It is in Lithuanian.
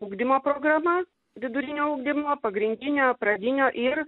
ugdymo programa vidurinio ugdymo pagrindinio pradinio ir